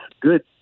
good